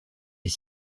est